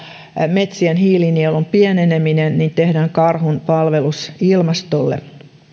metsien hiilinielun pieneneminen niin tehdään karhunpalvelus ilmastolle